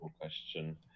question